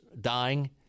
dying